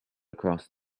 across